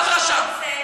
נאזם יודע.